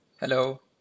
Hello